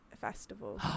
festival